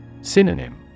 Synonym